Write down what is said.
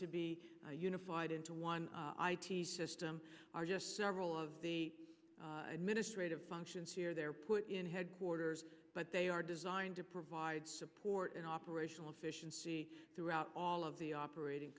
to be unified into one system are just several of the administrative functions here they're put in headquarters but they are designed to provide support and operational efficiency throughout all of the operating